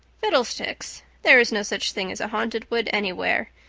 fiddlesticks! there is no such thing as a haunted wood anywhere.